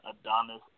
Adonis